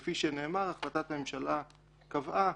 כפי שנאמר, החלטת הממשלה קבעה